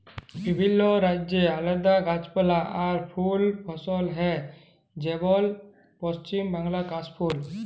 বিভিল্য রাজ্যে আলাদা গাছপালা আর ফুল ফসল হ্যয় যেমল পশ্চিম বাংলায় কাশ ফুল